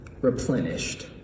replenished